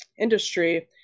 industry